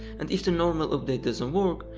and if the normal update doesn't work,